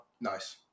nice